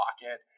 pocket